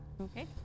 Okay